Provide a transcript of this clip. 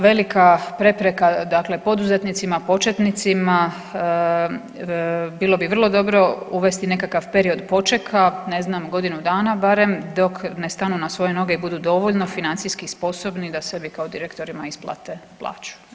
Velika prepreka poduzetnicima početnicima bilo bi vrlo dobro uvesti nekakav period počeka, ne znam godinu dana barem dok ne stanu na svoje noge i budu dovoljno financijski sposobni da sebi kao direktorima isplate plaću.